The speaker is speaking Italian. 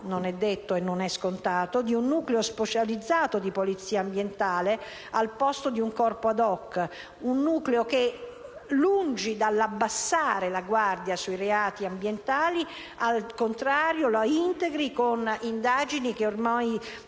non è detto e non è scontato - di un nucleo specializzato di polizia ambientale al posto di un corpo *ad hoc*; un nucleo che, lungi dall'abbassare la guardia sui reati ambientali, al contrario la integri con indagini di